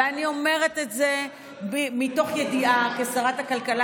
ואני אומרת את זה מתוך ידיעה כשרת הכלכלה,